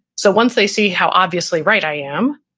so once they see how obviously right i am,